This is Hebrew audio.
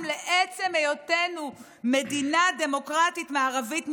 לעצם היותנו מדינה דמוקרטית מערבית מתקדמת?